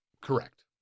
Correct